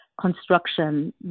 construction